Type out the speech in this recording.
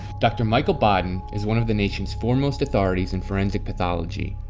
doctor michael baden is one of the nation's foremost authorities in forensic pathology.